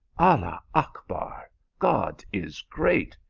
allah achbar! god is great!